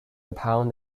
upon